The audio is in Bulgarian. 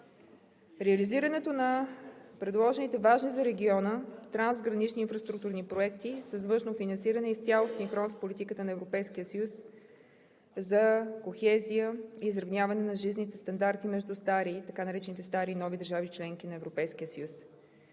Реализирането на предложените бази за региона в трансгранични и инфраструктурни проекти с външно финансиране е изцяло в синхрон с политиката на Европейския съюз за кохезия и изравняване на жизнените стандарти между така наречените стари и нови държави – членки на Европейския съюз.